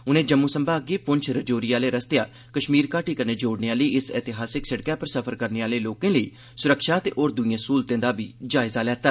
उनें जम्मू संभाग गी पुंछ राजौरी आले रस्तेया कश्मीर घाटी कन्नै जोड़ने आली इस ऐतिहासिक सड़का पर सफर करने आले लोकें लेई सुरक्षा ते होर द्इयें स्विधाएं दा जायजा लैता